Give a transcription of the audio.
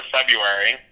February